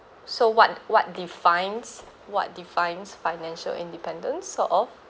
so what what defines what defines financial independence sort of